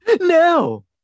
No